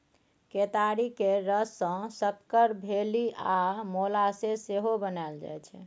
केतारी केर रस सँ सक्कर, मेली आ मोलासेस सेहो बनाएल जाइ छै